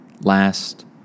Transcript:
last